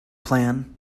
plan